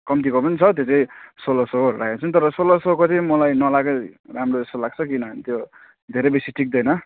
कम्तीको पन् छ त्यो चाहिँ सोह्र सौहरू लाग्छ तर सोह्र सौको चाहिँ मलाई नलगाएकै राम्रो जस्तो लाग्छ किनभने त्यो धेरै बेसी टिक्दैन